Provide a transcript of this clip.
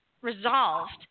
resolved